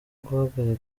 guhagarika